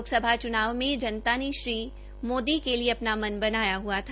लोकसभा चुनाव में जनता ने श्री मोदी के लिए मन बनाया हुआ था